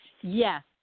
Yes